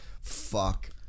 Fuck